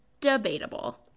Debatable